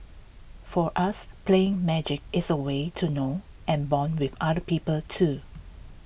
for us playing magic is A way to know and Bond with other people too